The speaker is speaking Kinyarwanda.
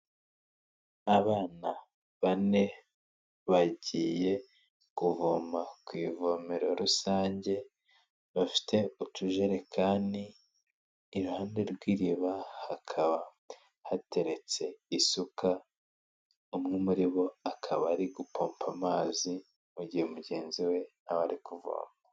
Abana bane bagiye kuvoma ku ivomero rusange bafite utujerekani, iruhande rw'iriba hakaba hateretse isuka, umwe muri bo akaba ari gupompa amazi mu gihe mugenzi we aba ari kuvoma.